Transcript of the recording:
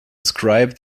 describe